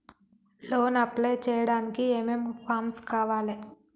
Loan apply చేయడానికి ఏం ఏం ఫామ్స్ కావాలే?